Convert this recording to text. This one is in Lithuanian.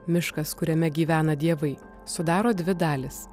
miškas kuriame gyvena dievai sudaro dvi dalys